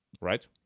right